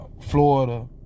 Florida